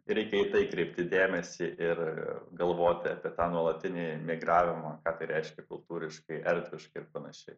reikia į tai kreipti dėmesį ir galvoti apie tą nuolatinį migravimą reiškia kultūriškai erdviškai ir panašiai